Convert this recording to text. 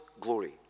glory